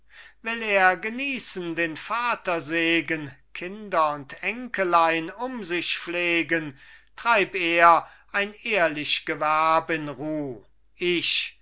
will er genießen den vatersegen kinder und enkelein um sich pflegen treib er ein ehrlich gewerb in ruh ich